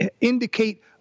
indicate